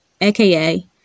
aka